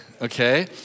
okay